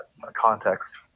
context